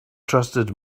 trusted